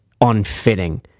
unfitting